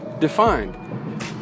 defined